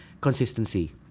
consistency